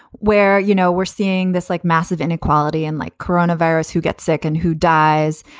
where, you know, we're seeing this like massive inequality and like coronavirus who get sick and who dies.